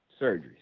surgeries